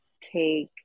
take